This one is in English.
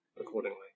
accordingly